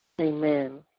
Amen